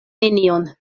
nenion